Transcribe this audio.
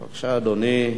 בבקשה, אדוני.